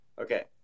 Okay